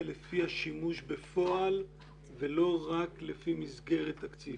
לפי השימוש בפועל ולא רק לפי מסגרת תקציב.